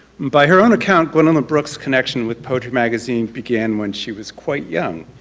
by her own account when i'm a brooks connection with poetry magazine began when she was quite young.